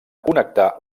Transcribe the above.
connectar